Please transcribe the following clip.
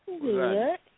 good